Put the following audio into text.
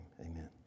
Amen